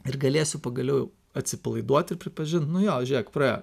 ir galėsiu pagaliau atsipalaiduot ir pripažint nu jo žiūrėk praėjo